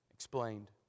Explained